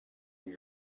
and